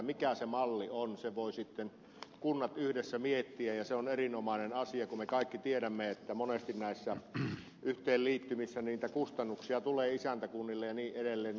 mikä se malli on sen voivat sitten kunnat yhdessä miettiä ja se on erinomainen asia kun me kaikki tiedämme että monesti näissä yhteenliittymissä niitä kustannuksia tulee isäntäkunnille ja niin edelleen